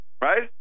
right